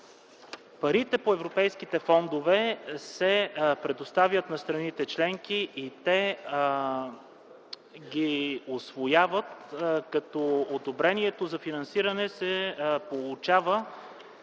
Парите по европейските фондове се предоставят на страните членки и те ги усвояват като одобрението за финансиране се получава